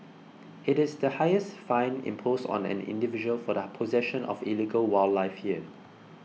it is the highest fine imposed on an individual for the possession of illegal wildlife here